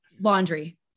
Laundry